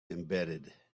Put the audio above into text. embedded